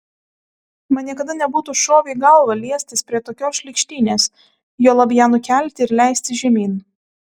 man niekada nebūtų šovę į galvą liestis prie tokios šlykštynės juolab ją nukelti ir leistis žemyn